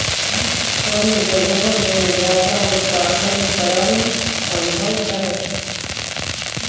कम जगह में ज्यादा उत्पादन करल सम्भव हई